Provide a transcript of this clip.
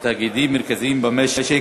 בתאגידים מרכזיים במשק,